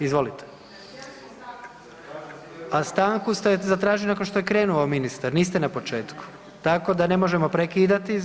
Izvolite. … [[Upadica se ne razumije.]] Stanku ste zatražili nakon što je krenuo ministar, niste na početku tako da ne možemo prekidati.